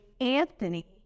Anthony